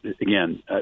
again